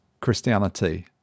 Christianity